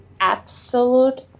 absolute